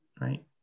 right